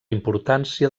importància